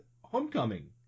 Homecoming